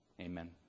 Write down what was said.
amen